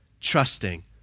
trusting